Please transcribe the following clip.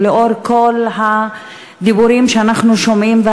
ולנוכח כל הדיבורים שאנחנו שומעים,